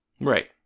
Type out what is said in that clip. Right